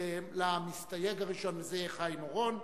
למסתייג הראשון, חיים אורון.